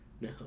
No